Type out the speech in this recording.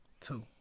Two